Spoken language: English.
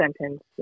sentence